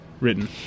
written